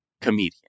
comedian